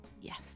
yes